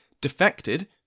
defected